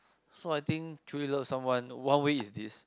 so I think truly love someone one way is this